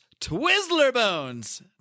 Twizzlerbones